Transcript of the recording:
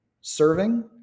serving